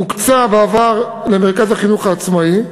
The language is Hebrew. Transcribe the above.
הוקצה בעבר למרכז החינוך העצמאי,